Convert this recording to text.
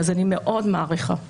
אז אני מאוד מעריכה את זה.